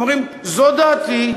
הם אומרים: זו דעתי,